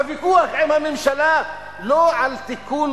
הוויכוח עם הממשלה הוא לא על תיקון